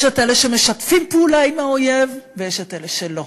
יש אלה שמשתפים פעולה עם האויב, ויש אלה שלא.